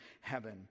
heaven